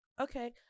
Okay